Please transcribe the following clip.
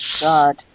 God